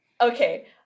okay